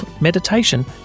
meditation